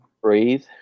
breathe